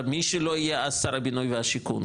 מי שלא יהיה שר הבינוי והשיכון,